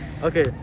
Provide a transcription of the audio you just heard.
Okay